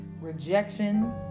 rejection